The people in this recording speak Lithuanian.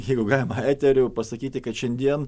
jeigu galima eteriu pasakyti kad šiandien